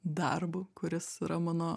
darbu kuris yra mano